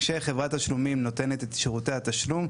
כשחברת תשלומים נותנת את שירותי התשלום,